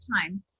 time